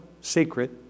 secret